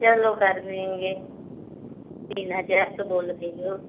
चलो कर देंगे तीन हज़ार जो बोल रही हो